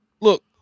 Look